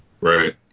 Right